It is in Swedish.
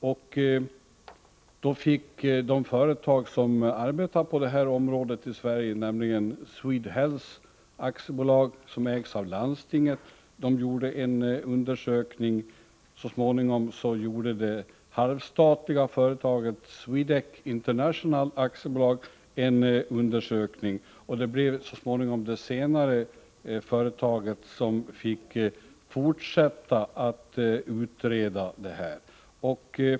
SwedeHealth AB, som ägs av Landstingsförbundet, undersökte möjligheten att anordna sådan utbildning. Efter en tid gjorde också det halvstatliga företaget Swedec International AB en liknande undersökning. Det blev så småningom det senare företaget som fick fortsätta detta utredningsarbete.